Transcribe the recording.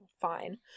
fine